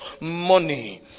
money